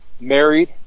married